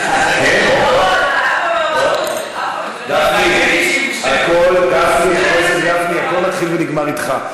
חבר הכנסת גפני, הכול מתחיל ונגמר אתך.